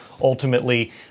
ultimately